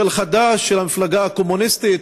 חד"ש, של המפלגה הקומוניסטית.